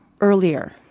earlier